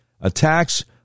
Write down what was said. attacks